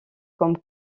comme